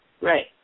Right